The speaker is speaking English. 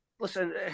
Listen